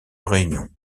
réunions